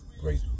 Great